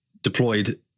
deployed